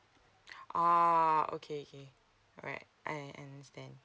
oh okay okay right I understand